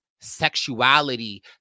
sexuality